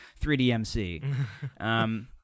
3DMC